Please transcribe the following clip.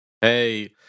Hey